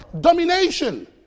domination